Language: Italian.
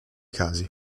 casi